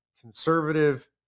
conservative